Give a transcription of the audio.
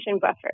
buffer